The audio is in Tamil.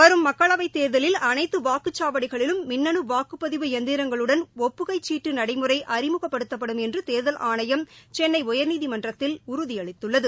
வரும் மக்களவைத் தேர்தலில் அனைத்து வாக்குச்சாவடிகளிலும் மின்னனு வாக்குப்பதிவு எந்திரங்களுடன் ஒப்புகைச்சிட்டு நடைமுறை அறிமுகப்படுத்தப்படும் என்று தேத்தல் ஆணையம் சென்னை உயர்நீதிமன்றத்தில் உறுதியளித்துள்ளது